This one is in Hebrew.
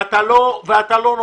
וגם לא נותן.